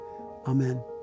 amen